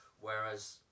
Whereas